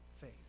faith